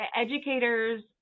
educators